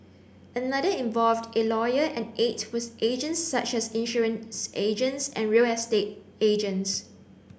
another involved a lawyer and eight were agents such as insurance agents and real estate agents